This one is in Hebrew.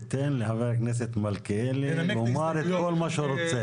תן לחבר הכנסת מלכיאלי לומר את כל מה שהוא רוצה.